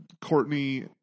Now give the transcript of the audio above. Courtney